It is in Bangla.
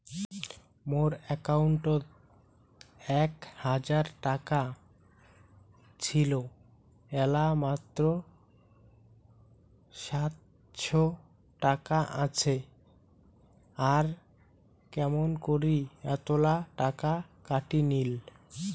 মোর একাউন্টত এক হাজার টাকা ছিল এলা মাত্র সাতশত টাকা আসে আর কেমন করি এতলা টাকা কাটি নিল?